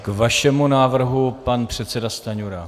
K vašemu návrhu pan předseda Stanjura.